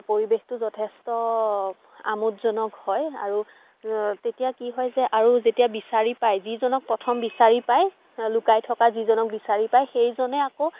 পৰিৱেশটো যথেষ্ট আমোদজনক হয় আৰু তেতিয়া কি হয় যে আৰু যেতিয়া বিচাৰি পায় যিজনক প্ৰথম বিচাৰি পায় লুকাই থকা যিজনক বিচাৰি পায় সেইজনে আকৌ